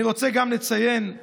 אני רוצה גם לציין את